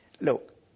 Look